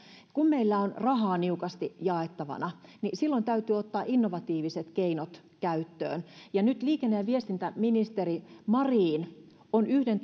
kun meillä on rahaa niukasti jaettavana niin silloin täytyy ottaa innovatiiviset keinot käyttöön ja nyt liikenne ja viestintäministeri marin on yhden